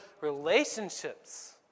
relationships